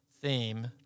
theme